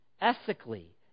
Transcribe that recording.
ethically